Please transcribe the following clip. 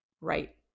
right